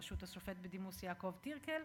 בראשות השופט בדימוס יעקב טירקל,